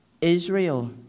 Israel